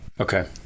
okay